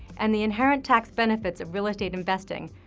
and the inherent tax benefits of real estate investing,